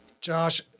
Josh